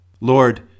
Lord